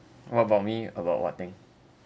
what about me about what thing